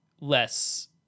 less